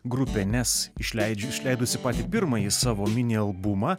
grupė nes išleidžiu išleidusi pirmąjį savo mini albumą